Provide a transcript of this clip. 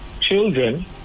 children